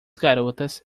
garotas